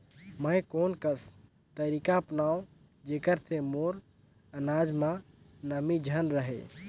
मैं कोन कस तरीका अपनाओं जेकर से मोर अनाज म नमी झन रहे?